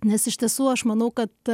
nes iš tiesų aš manau kad